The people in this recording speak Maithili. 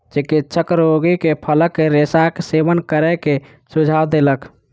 चिकित्सक रोगी के फलक रेशाक सेवन करै के सुझाव देलक